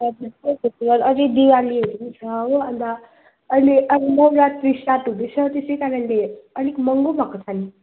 अझै दिवालीहरू पनि छ हो अन्त अहिले अब नवरात्री स्टार्ट हुँदैछ त्यसै कारणले अलिक महँगो भएको छ नि